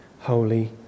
holy